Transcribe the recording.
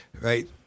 right